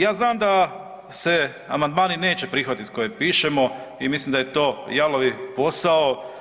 Ja znam da se amandmani neće prihvatiti koje pišemo i mislim da je to jalovi posao.